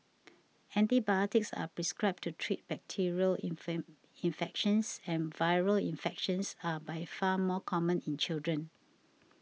antibiotics are prescribed to treat bacterial infections but viral infections are by far more common in children